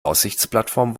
aussichtsplattform